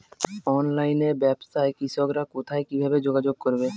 অনলাইনে ব্যবসায় কৃষকরা কোথায় কিভাবে যোগাযোগ করবে?